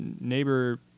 neighbor